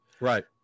Right